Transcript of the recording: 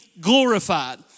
glorified